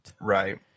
right